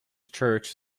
church